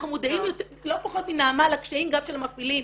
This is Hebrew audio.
אנחנו מודעים לא פחות מנעמה על הקשיים גם של המפעילים.